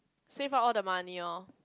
save up all the money lor